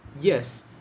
yes